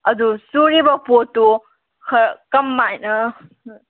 ꯑꯗꯨ ꯆꯨꯔꯤꯕ ꯄꯣꯠꯇꯣ ꯀꯃꯥꯏꯅ